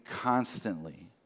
constantly